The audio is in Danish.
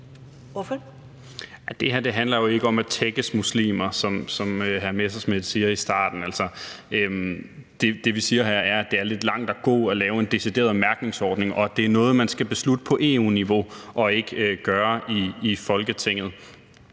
Det her handler jo ikke om at tækkes muslimer, sådan som hr. Morten Messerschmidt siger i starten. Det, vi siger her, er, at det er lidt langt at gå at lave en decideret mærkningsordning, og at det er noget, man skal beslutte på EU-niveau og ikke i Folketinget.